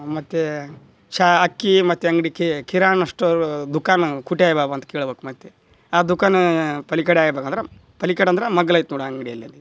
ಮತ್ತು ಚಾ ಅಕ್ಕಿ ಮತ್ತು ಅಂಗಡಿ ಕಿರಾಣ್ ಸ್ಟೋರು ದುಕಾನು ಕುಟೆ ಬಾಬಾ ಅಂತ ಕೇಳ್ಬಕು ಮತ್ತು ಆ ದುಕಾನು ಪಲಿಕಡೆ ಆಯ್ಬೇಕು ಅಂದ್ರೆ ಪಲಿಕಡೆ ಅಂದ್ರೆ ಮಗ್ಲು ಐತೆ ನೋಡು ಅಂಗಡಿಯಲ್ಲಲ್ಲಿ